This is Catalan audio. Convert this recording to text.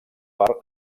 per